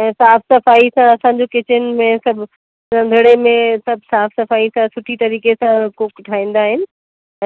ऐं साफ़ु सफ़ाई सां असांजो किचन में सभु रंधिणे में सभु साफ़ु सफ़ाई सां सुठी तरीक़े सां कुक ठाहींदा आहिनि